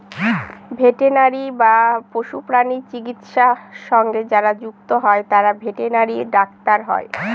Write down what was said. veterinary বা পশুপ্রাণী চিকিৎসা সঙ্গে যারা যুক্ত হয় তারা ভেটেনারি ডাক্তার হয়